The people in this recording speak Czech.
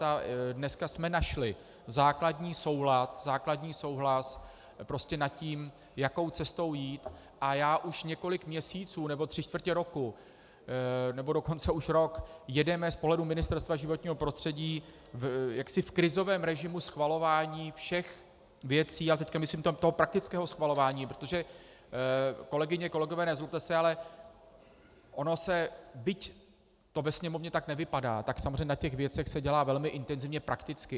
A dneska jsme našli základní soulad, základní souhlas nad tím, jakou cestou jít, a už několik měsíců nebo tři čtvrtě roku, nebo dokonce už rok jedeme z pohledu Ministerstva životního prostředí jaksi v krizovém režimu schvalování všech věcí, a teď myslím toho praktického schvalování, protože, kolegyně, kolegové, nezlobte se, ale ono se, byť to ve Sněmovně tak nevypadá, tak samozřejmě na těch věcech se dělá velmi intenzivně prakticky.